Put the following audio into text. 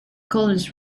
collins